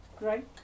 right